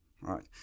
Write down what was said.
right